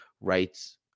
rights